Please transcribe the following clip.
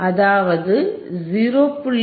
அதாவது 0